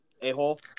A-hole